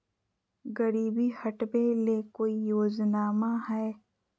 गरीबी हटबे ले कोई योजनामा हय?